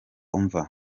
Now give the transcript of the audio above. umva